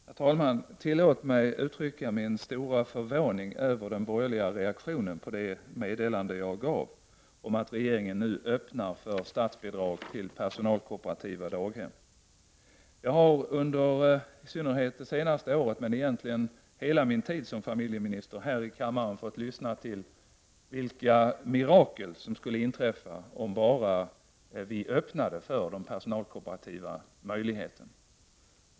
Herr talman! Tillåt mig uttrycka min stora förvåning över den borgerliga reaktionen på det meddelande jag lämnade om att regeringen nu öppnar möjligheterna för statsbidrag till personalkooperativa daghem. Under i synnerhet det senaste året men egentligen under hela min tid som familjeminis ter har jag här i kammaren fått lyssna till uttalanden om vilka mirakler som skulle inträffa om vi bara öppnade möjligheter för personalkooperativ verksamhet.